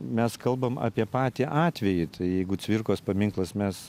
mes kalbam apie patį atvejį jeigu cvirkos paminklas mes